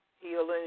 healing